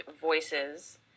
voices